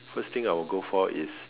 first thing I will go for is